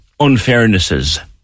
unfairnesses